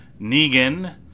Negan